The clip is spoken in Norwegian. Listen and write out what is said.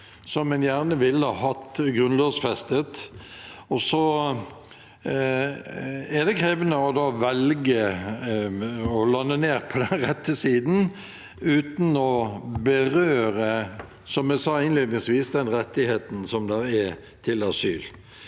som en gjerne ville ha grunnlovfestet, og så er det krevende da å lande på den rette siden uten å berøre, som jeg sa innledningsvis, den rettigheten som er til asyl.